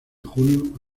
junio